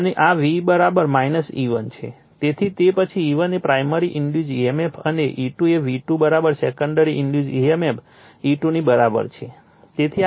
તેથી તે પછી E1 એ પ્રાઇમરી ઇન્ડુસ emf છે અને E2 એ V2 secondary induced emf E2 ની બરાબર છે